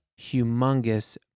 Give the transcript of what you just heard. humongous